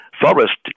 Forest